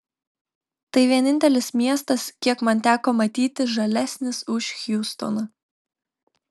tai vienintelis miestas kiek man teko matyti žalesnis už hjustoną